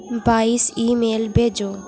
voice email भेजो